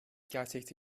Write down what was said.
gerçekçi